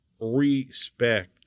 respect